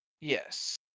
Yes